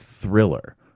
thriller